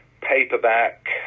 paperback